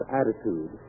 attitude